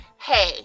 hey